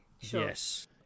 yes